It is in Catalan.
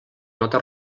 nota